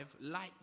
light